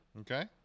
okay